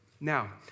Now